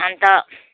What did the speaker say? अन्त